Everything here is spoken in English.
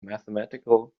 mathematical